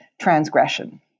transgression